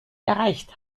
erreicht